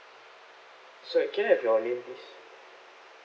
sorry can I have your name please